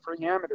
parameters